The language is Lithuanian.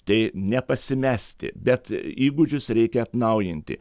tai nepasimesti bet įgūdžius reikia atnaujinti